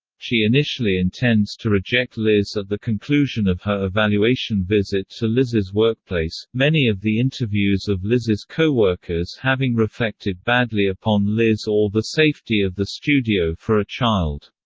she initially intends to reject liz at the conclusion of her evaluation visit to liz's workplace, many of the interviews of liz's co-workers having reflected badly upon liz or the safety of the studio for a child.